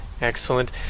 Excellent